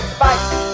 fight